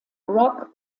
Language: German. rock